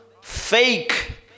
fake